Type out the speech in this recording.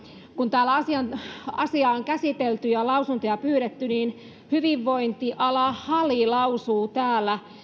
kun täällä asiaa on käsitelty ja lausuntoja pyydetty niin hyvinvointiala hali lausuu täällä